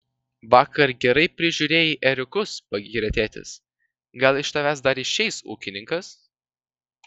vakar gerai prižiūrėjai ėriukus pagyrė tėtis gal iš tavęs dar išeis ūkininkas